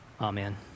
Amen